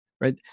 right